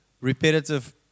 repetitive